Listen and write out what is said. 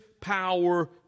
power